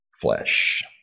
flesh